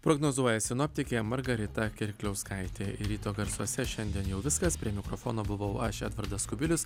prognozuoja sinoptikė margarita kirkliauskaitė ryto garsuose šiandien jau viskas prie mikrofono buvau aš edvardas kubilius